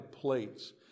plates